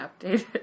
updated